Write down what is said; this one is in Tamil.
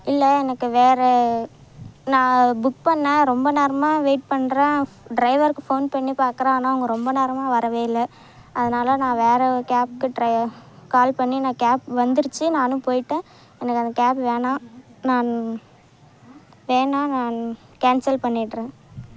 இல்லை எனக்கு வேறு நான் புக் பண்ணேன் ரொம்ப நேரமாக வெயிட் பண்ணுறேன் டிரைவருக்கு ஃபோன் பண்ணி பாக்கிறேன் ஆனால் அவங்க ரொம்ப நேரமாக வரவே இல்லை அதனால நான் வேற கேபுக்கு டிரை கால் பண்ணி நான் கேப் வந்துடுச்சி நானும் போய்ட்டேன் எனக்கு அந்த கேபு வேணாம் நான் வேணாம் நான் கேன்சல் பண்ணிடுறேன்